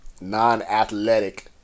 non-athletic